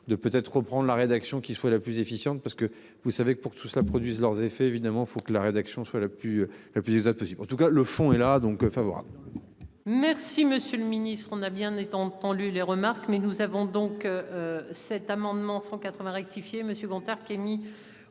de peut-être reprendre la rédaction qui soit la plus efficiente, parce que vous savez que pour tout cela produisent leurs effets évidemment faut que la rédaction, soit la plus et puis les autres en tout cas le fond et là donc favorable. Merci monsieur le ministre, on a bien étant lu les remarques mais nous avons donc. Cet amendement 180 rectifié Monsieur Gontard Kémi. Aux voix avec un